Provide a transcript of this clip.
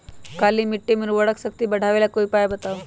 काली मिट्टी में उर्वरक शक्ति बढ़ावे ला कोई उपाय बताउ?